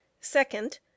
second